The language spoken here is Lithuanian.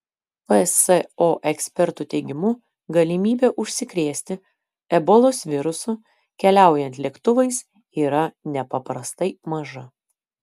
pso ekspertų teigimu galimybė užsikrėsti ebolos virusu keliaujant lėktuvais yra nepaprastai maža